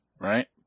right